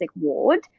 ward